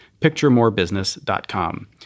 picturemorebusiness.com